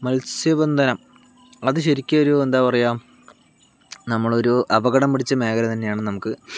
മത്സ്യബന്ധനം അത് ശരിക്ക് ഒരു എന്താ പറയുക നമ്മൾ ഒരു അപകടം പിടിച്ച മേഖല തന്നെയാണ് നമുക്ക്